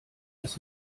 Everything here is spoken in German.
des